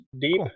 deep